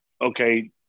okay